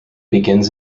begins